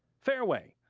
fareway,